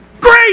Great